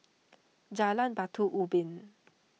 Jalan Batu Ubin